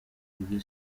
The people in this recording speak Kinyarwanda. kuri